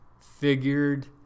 figured